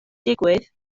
digwydd